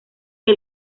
que